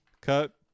Cut